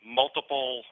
multiple